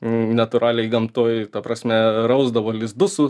natūraliai gamtoj ta prasme rausdavo lizdus